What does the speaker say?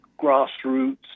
grassroots